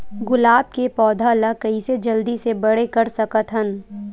गुलाब के पौधा ल कइसे जल्दी से बड़े कर सकथन?